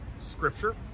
scripture